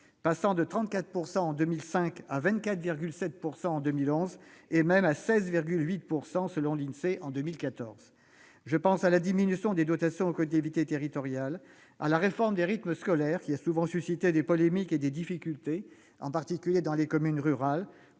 passée de 34 % en 2005 à 24,7 % en 2011, et même à 16,8 % en 2014 selon l'Insee. Je pense à la diminution des dotations aux collectivités territoriales ; à la réforme des rythmes scolaires, qui a souvent suscité des polémiques et des difficultés, en particulier dans les communes rurales.